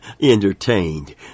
entertained